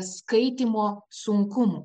skaitymo sunkumų